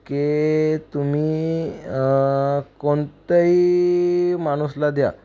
के तुम्ही कोणत्याही माणूसला द्या